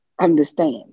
understand